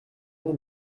mon